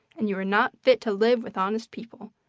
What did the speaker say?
and you are not fit to live with honest people.